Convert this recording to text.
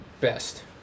best